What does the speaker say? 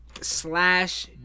slash